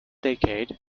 decade